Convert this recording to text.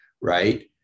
right